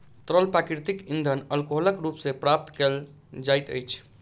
तरल प्राकृतिक इंधन अल्कोहलक रूप मे प्राप्त कयल जाइत अछि